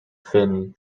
finn